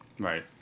Right